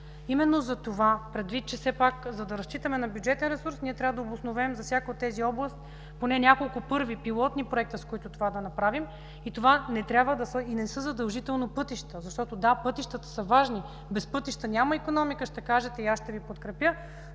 Именно затова, предвид че все пак, за да разчитаме на бюджетен ресурс трябва да обосновем за всяка от тези области поне няколко твърди пилотни проекта, с които да направим това и това не са задължително пътища, защото, да, пътищата са важни. Без пътища няма икономика, ще кажете, и аз ще Ви подкрепя.